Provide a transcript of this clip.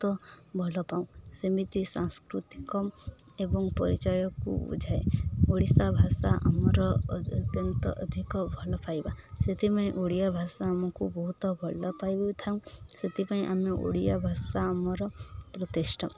ତ ଭଲ ପାଉ ସେମିତି ସାଂସ୍କୃତିକ ଏବଂ ପରିଚୟକୁ ବୁଝାଏ ଓଡ଼ିଶା ଭାଷା ଆମର ଅତ୍ୟନ୍ତ ଅଧିକ ଭଲ ପାଇବା ସେଥିପାଇଁ ଓଡ଼ିଆ ଭାଷା ଆମକୁ ବହୁତ ଭଲ ପାଇଥାଉଁ ସେଥିପାଇଁ ଆମେ ଓଡ଼ିଆ ଭାଷା ଆମର ପ୍ରତିଷ୍ଠା